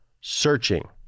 searching